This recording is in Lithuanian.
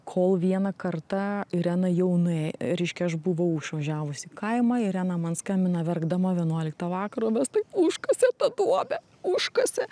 kol vieną kartą irena jau nuė reiškia aš buvau išvažiavus į kaimą irena man skambina verkdama vienuoliktą vakaro vesta užkasė tą duobę užkasė